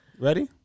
Ready